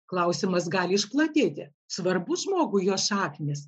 klausimas gali išplatėti svarbu žmogui jo šaknys